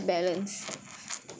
and I also don't know whether